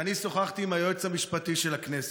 שאני שוחחתי עם היועץ המשפטי של הכנסת,